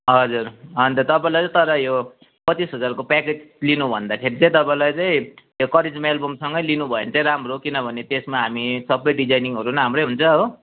हजुर अन्त तपाईँलाई तर यो पच्चिस हजारको प्याकेज लिनु भन्दाखेरि चाहिँ तपाईँलाई चाहिँ यो करिस्मा एल्बमसँगै लिनु भयो भने चाहिँ राम्रो हो किनभने त्यसमा हामी सबै डिजाइनिङहरू पनि हाम्रै हुन्छ हो